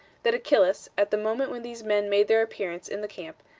that achillas, at the moment when these men made their appearance in the camp,